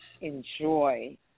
enjoy